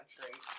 country